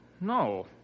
no